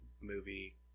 movie